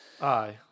Aye